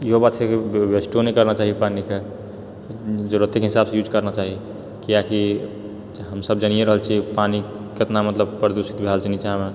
ईहो बात छै कि वेस्टो नहि करना चाही पानीके जरूरतेके हिसाबसँ यूज करना चाही किआकि हमसब जानिए रहल छियै पानि केतना मतलब प्रदूषित भए रहल छै निचाँमे